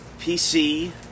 PC